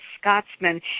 Scotsman